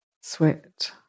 sweat